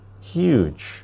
huge